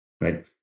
Right